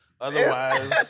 Otherwise